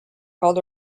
called